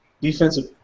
defensive